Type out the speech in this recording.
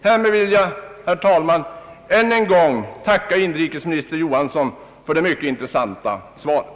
Härmed vill jag, herr talman, än en gång tacka inrikesminister Johansson för det intressanta svaret.